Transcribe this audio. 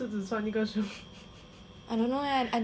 I don't know eh I don't really notice that [one]